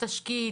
תשקיעי,